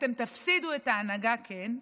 אתם תפסידו את ההנהגה, כן,